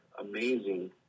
amazing